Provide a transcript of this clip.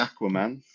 Aquaman